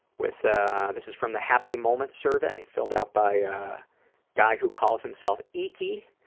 with ah this is from the happy moments survey filled out by a guy who calls himself eeky.